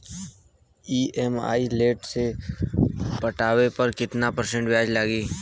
EMI late से पटावे पर कितना परसेंट ब्याज लगी?